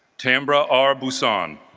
tamra are busan